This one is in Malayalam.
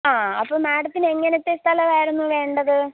ആ അപ്പം മേഡത്തിന് എങ്ങനത്തെ സ്ഥലമായിരുന്നു വേണ്ടത്